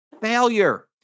failure